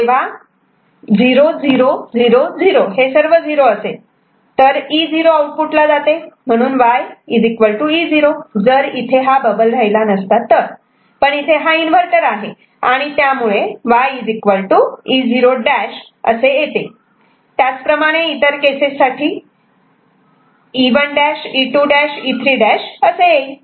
तेव्हा 0 0 0 0 हे सर्व झिरो असेल असेल तर E0 आऊटपुटला जाते म्हणून Y E0 जर इथे हा बबल राहिला नसता तर पण इथे हा इन्व्हर्टर आहे आणि त्यामुळे Y E0'असे येते त्याचप्रमाणे इतर केसेस साठी E1' E2' E3' असे येईल